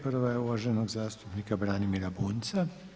Prva je uvaženog zastupnika Branimira Bunjca.